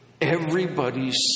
Everybody's